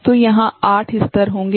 तो यहाँ 8 स्तर होंगे